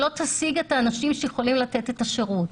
לא תשיג את האנשים שיכולים לתת את השירות.